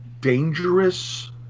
dangerous